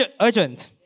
urgent